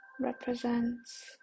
represents